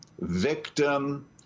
victim